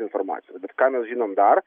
informacijos bet ką mes žinom dar